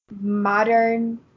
modern